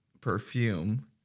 perfume